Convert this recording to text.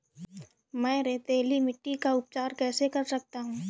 मैं रेतीली मिट्टी का उपचार कैसे कर सकता हूँ?